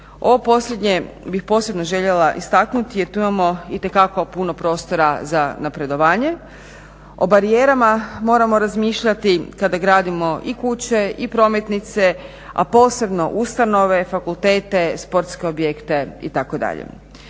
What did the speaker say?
Ovo posljednje bih posebno željela istaknuti jer tu imamo itekako puno prostora za napredovanje. O barijerama moramo razmišljati kada gradimo i kuće i prometnice, a posebno ustanove, fakultete, sportske objekte itd.